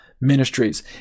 Ministries